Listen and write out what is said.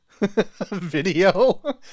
video